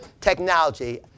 technology